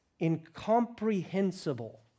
incomprehensible